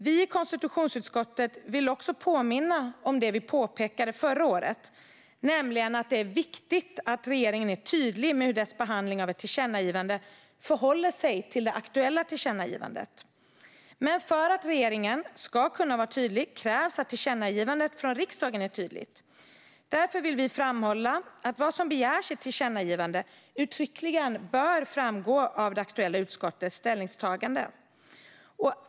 Vi i konstitutionsutskottet vill också påminna om det som vi påpekade förra året, nämligen att det är viktigt att regeringen är tydlig med hur dess behandling av ett tillkännagivande förhåller sig till det aktuella tillkännagivandet. Men för att regeringen ska kunna vara tydlig krävs det att tillkännagivandet från riksdagen är tydligt. Därför vill vi framhålla att vad som begärs i ett tillkännagivande uttryckligen bör framgå av det aktuella utskottets ställningstagande.